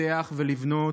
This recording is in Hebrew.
לפתח ולבנות,